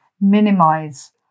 minimize